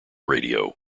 radio